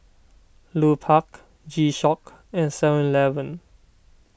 Lupark G Shock and Seven Eleven